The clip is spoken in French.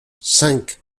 cinq